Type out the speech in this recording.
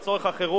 את צורך החירום.